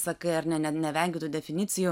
sakai ar ne ne nevengiu tų definicijų